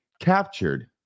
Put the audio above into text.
captured